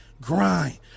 Grind